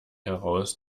heraus